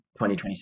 2027